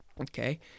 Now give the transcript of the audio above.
okay